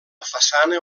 façana